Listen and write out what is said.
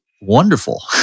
wonderful